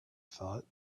thought